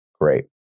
Great